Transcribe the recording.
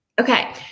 Okay